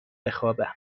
بخوابم